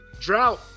Drought